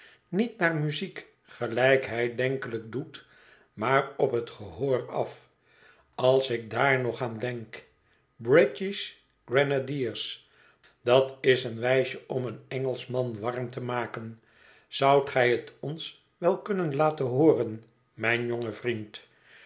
niet naar muziek gelijk hij denkelijk doet maar op het gehoor af als ik daar nog aan denk br i tish grenadiers dat is een wijsje om een engelschman warm te maken zoudt gij het ons wel kunnen laten hooren mij n jonge vriend